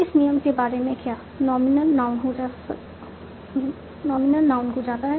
इस नियम के बारे में क्या नॉमिनल नाउन को जाता है